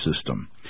system